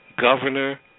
governor